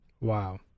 Wow